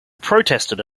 protested